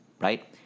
right